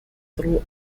through